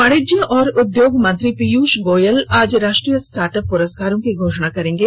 वाणिज्य और उद्योग मंत्री पीयूष गोयल आज राष्ट्रीय स्टार्टअप प्रस्कारों की घोषणा करेंगे